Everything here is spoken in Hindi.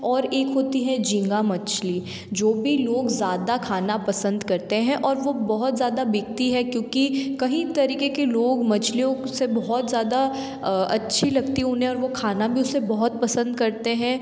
और एक होती है झींगा मछली जो भी लोग ज़्यादा खाना पसंद करते हैं और वह बहुत ज़्यादा बिकती है क्योंकि कईं तरीक़े के लोग मछलियों से बहुत ज़्यादा अच्छी लगती हैं उन्हें और वह खाना भी उसे बहुत पसंद करते हैं